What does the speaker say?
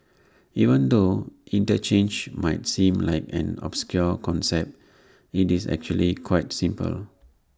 even though interchange might seem like an obscure concept IT is actually quite simple